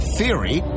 Theory